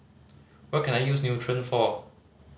what can I use Nutren for